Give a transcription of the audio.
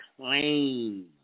claim